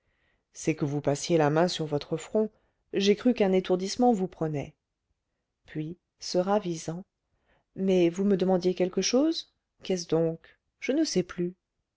c'est que vous passiez la main sur votre front j'ai cru qu'un étourdissement vous prenait puis se ravisant mais vous me demandiez quelque chose qu'est-ce donc je ne sais plus